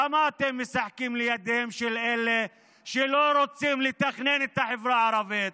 למה אתם משחקים לידיהם של אלה שלא רוצים לתכנן את החברה הערבית?